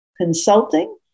consulting